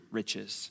riches